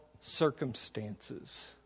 circumstances